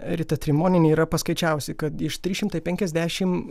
rita trimonienė yra paskaičiavusi kad iš tris šimtai penkiasdešimt